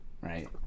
right